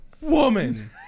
woman